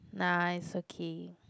nah it's okay